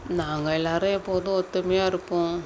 நாங்கள் எல்லோரும் எப்போதும் ஒத்துமையாக இருப்போம்